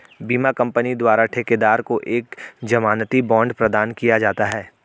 बीमा कंपनी द्वारा ठेकेदार को एक जमानती बांड प्रदान किया जाता है